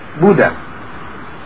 Buddha